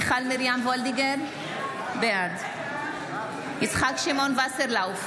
מיכל מרים וולדיגר, בעד יצחק שמעון וסרלאוף,